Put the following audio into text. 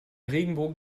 regenbogen